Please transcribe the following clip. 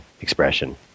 expression